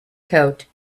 coat